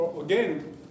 again